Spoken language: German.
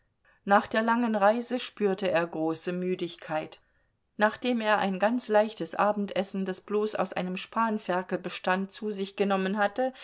nach der langen reise spürte er große müdigkeit nachdem er ein ganz leichtes abendessen das bloß aus einem spanferkel bestand zu sich genommen hatte